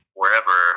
wherever